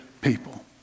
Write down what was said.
people